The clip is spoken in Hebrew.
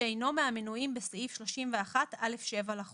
שאינו מהמנויים בסעיף 31(א)(7) לחוק.